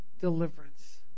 deliverance